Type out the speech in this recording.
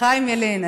חיים ילין,